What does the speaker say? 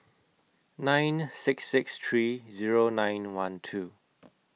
nine six six three Zero nine one two